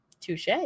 Touche